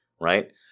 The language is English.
right